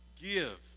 Give